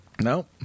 No